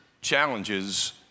challenges